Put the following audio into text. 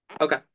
Okay